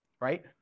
Right